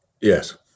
Yes